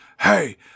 hey